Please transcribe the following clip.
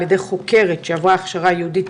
על ידי חוקרת שעברה הכשרה ייעודית,